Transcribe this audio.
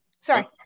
Sorry